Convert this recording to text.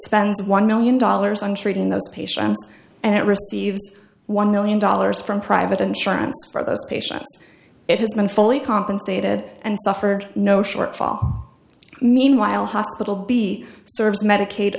spends one million dollars on treating those patients and it receives one million dollars from private insurance for those patients it has been fully compensated and suffered no shortfall meanwhile hospital b serves medicaid